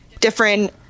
different